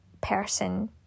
person